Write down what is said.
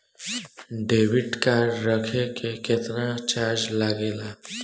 Debit card रखे के केतना चार्ज लगेला?